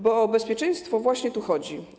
Bo o bezpieczeństwo właśnie tu chodzi.